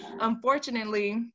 unfortunately